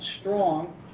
strong